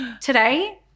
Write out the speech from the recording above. today